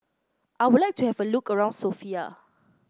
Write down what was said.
I would like to have a look around Sofia